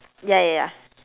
yeah yeah yeah